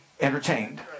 entertained